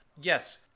yes